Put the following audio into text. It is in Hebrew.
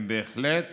הם בהחלט